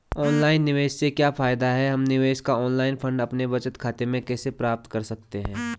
Online निवेश से क्या फायदा है हम निवेश का ऑनलाइन फंड अपने बचत खाते में कैसे प्राप्त कर सकते हैं?